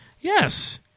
Yes